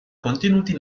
contenuti